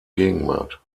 gegenwart